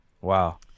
Wow